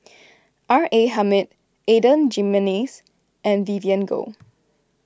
R A Hamid Adan Jimenez and Vivien Goh